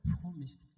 promised